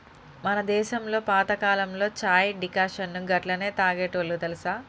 మన దేసంలో పాతకాలంలో చాయ్ డికాషన్ను గట్లనే తాగేటోల్లు తెలుసా